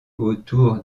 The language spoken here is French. autour